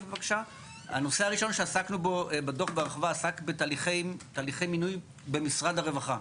הנושא הראשון שעסקנו בו בדוח בהרחבה עסק בתהליכי מינוי במשרד הרווחה.